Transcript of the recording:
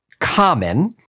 common